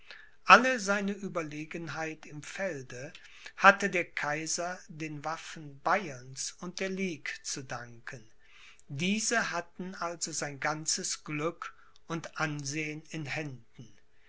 alle seine ueberlegenheit im felde hatte der kaiser den waffen bayerns und der ligue zu danken diese hatten also sein ganzes glück und ansehen in händen